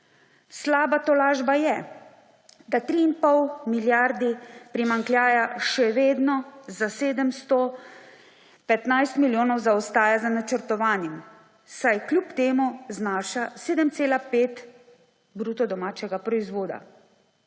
Slaba tolažba je, da 3,5 milijarde primanjkljaja še vedno za 715 milijonov zaostaja za načrtovanim, saj kljub temu znaša 7,5 bruto domačega proizvoda.